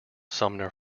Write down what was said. sumner